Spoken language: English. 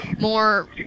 more